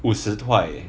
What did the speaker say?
五十块